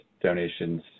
donations